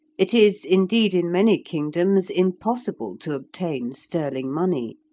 it is, indeed, in many kingdoms impossible to obtain sterling money.